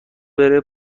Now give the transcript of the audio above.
بره